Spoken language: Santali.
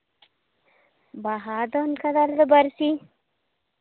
ᱵᱟᱦᱟ ᱫᱚ ᱚᱱᱠᱟ ᱫᱚ ᱟᱞᱮ ᱵᱟᱨᱥᱤᱧ